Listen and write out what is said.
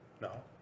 No